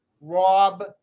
Rob